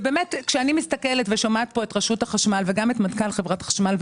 כשאני שומעת פה את רשות החשמל וגם את מנכ"ל חברת החשמל,